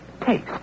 Taste